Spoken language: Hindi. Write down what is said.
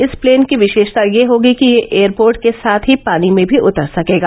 इस प्लेन की विशेषता यह होगी कि यह एयरपोर्ट के साथ ही पानी में भी उतर सकेगा